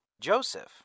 Joseph